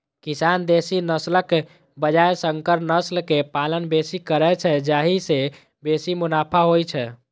किसान देसी नस्लक बजाय संकर नस्ल के पालन बेसी करै छै, जाहि सं बेसी मुनाफा होइ छै